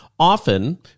Often